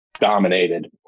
dominated